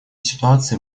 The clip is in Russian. ситуации